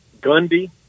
Gundy